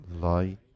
light